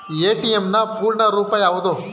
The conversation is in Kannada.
ಎ.ಟಿ.ಎಂ ನ ಪೂರ್ಣ ರೂಪ ಯಾವುದು?